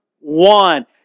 one